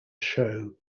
show